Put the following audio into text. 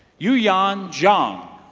yoo yan jong